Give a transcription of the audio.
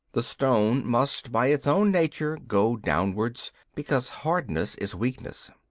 the stone must by its own nature go downwards, because hardness is weakness.